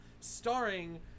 starring